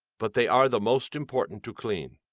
but they are the most important to clean.